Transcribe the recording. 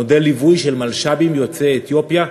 מודל ליווי של מלש"בים יוצאי אתיופיה,